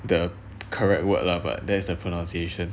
the correct word lah but that's the pronunciation